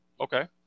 Okay